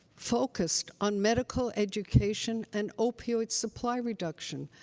focused on medical education and opioid supply reduction.